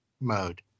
mode